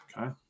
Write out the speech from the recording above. okay